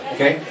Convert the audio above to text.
Okay